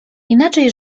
inaczej